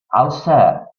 alça